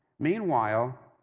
meanwhile,